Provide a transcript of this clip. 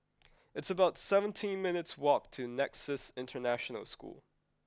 it's about seventeen minutes' walk to Nexus International School